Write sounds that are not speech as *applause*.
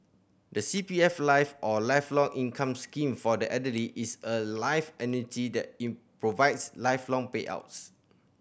the C P F Life or Lifelong Income Scheme for the Elderly is a life annuity that *unintelligible* provides lifelong payouts